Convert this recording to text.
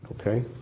okay